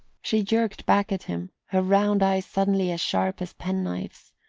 she jerked back at him, her round eyes suddenly as sharp as pen-knives.